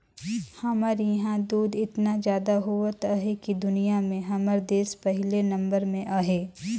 हमर इहां दूद एतना जादा होवत अहे कि दुनिया में हमर देस पहिले नंबर में अहे